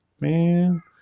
man